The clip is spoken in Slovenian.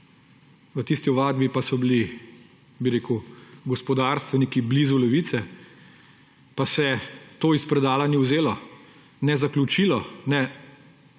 v tisti ovadbi pa so bili gospodarstveniki blizu levice, pa se to iz predala ni vzelo, ne zaključilo, ne